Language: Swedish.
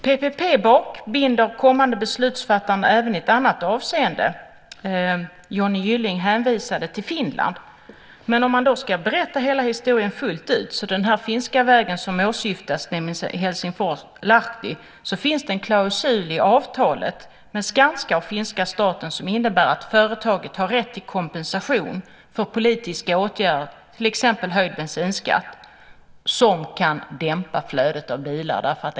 PPP bakbinder kommande beslutsfattande även i ett annat avseende. Johnny Gylling hänvisade till Finland. Men om man ska berätta hela historien fullt ut, om den finska vägen som åsyftas mellan Helsingfors och Lahti, finns det en klausul i avtalet med Skanska och finska staten som innebär att företaget har rätt till kompensation för politiska åtgärder, till exempel höjd bensinskatt, som kan dämpa flödet av bilar.